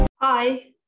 Hi